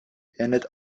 erinnert